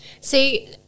See